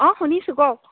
অ' শুনিছোঁ কওক